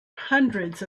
hundreds